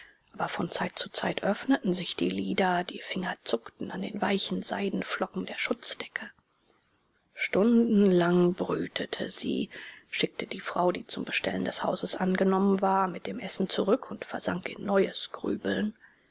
aber von zeit zu zeit öffneten sich die lider die finger zupften an den weichen seidenflocken der schutzdecke stundenlang brütete sie schickte die frau die zum bestellen des hauses angenommen war mit dem essen zurück und versank in neues grübeln